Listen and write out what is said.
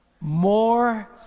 more